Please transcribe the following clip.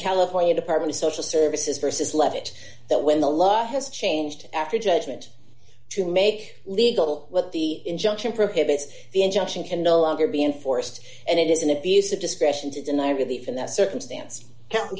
california department of social services versus levitt that when the law has changed after judgment to make legal what the injunction prohibits the injunction can no longer be enforced and it is an abuse of discretion to deny relief in that circumstance c